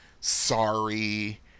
Sorry